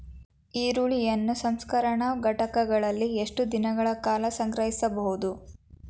ಈರುಳ್ಳಿಯನ್ನು ಸಂಸ್ಕರಣಾ ಘಟಕಗಳಲ್ಲಿ ಎಷ್ಟು ದಿನಗಳ ಕಾಲ ಸಂಗ್ರಹಿಸಬಹುದು?